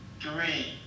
three